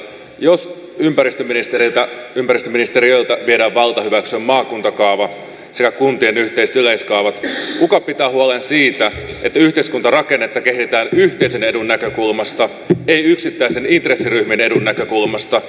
jos ympäristöministeriöltä viedään valta hyväksyä maakuntakaava sekä kuntien yhteiset yleiskaavat kuka pitää huolen siitä että yhteiskuntarakennetta kehitetään yhteisen edun näkökulmasta ei yksittäisen intressiryhmän edun näkökulmasta